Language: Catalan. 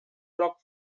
groc